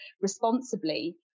responsibly